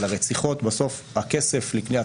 על הרציחות - כי בסוף הכסף לקניית